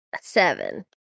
Seven